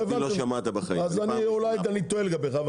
אותי לא שמעת בחיים, זו פעם ראשונה.